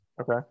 Okay